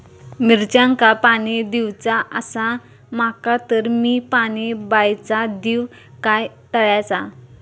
मिरचांका पाणी दिवचा आसा माका तर मी पाणी बायचा दिव काय तळ्याचा?